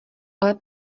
ale